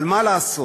אבל מה לעשות